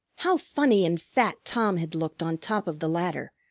how funny and fat tom had looked on top of the ladder,